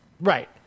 right